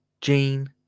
jean